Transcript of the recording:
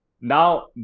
now